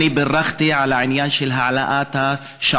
אני בירכתי על העניין של העלאת מספר